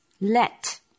let